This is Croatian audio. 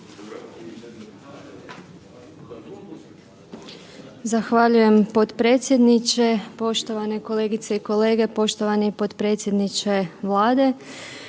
Zahvaljujem potpredsjedniče. Poštovane kolegice i kolege, poštovani potpredsjedniče Vlade.